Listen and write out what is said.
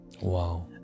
Wow